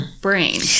brain